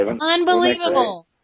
unbelievable